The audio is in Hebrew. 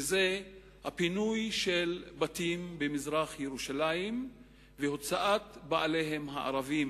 וזה הפינוי של בתים במזרח-ירושלים והוצאת בעליהם הערבים,